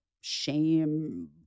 shame